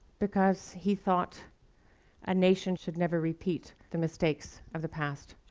because he thought a nation should never repeat the mistakes of the past.